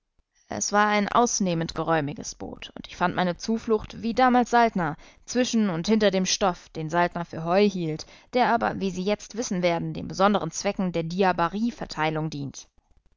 es war ein ausnehmend geräumiges boot und ich fand meine zuflucht wie damals saltner zwischen und hinter dem stoff den saltner für heu hielt der aber wie sie jetzt wissen werden den besondern zwecken der diabarieverteilung dient